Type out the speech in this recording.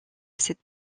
cette